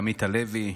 עמית הלוי,